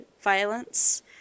violence